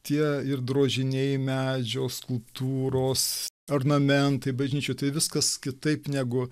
tie ir drožiniai medžio skulptūros ornamentai bažnyčioj tai viskas kitaip negu